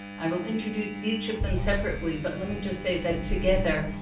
i will introduce each of them separately, but let me just say that together,